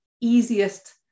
easiest